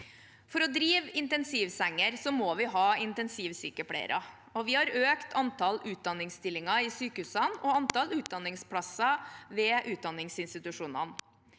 For å drifte intensivsenger må vi ha intensivsykepleiere. Vi har økt antall utdanningsstillinger i sykehusene og antall utdanningsplasser ved utdanningsinstitusjonene.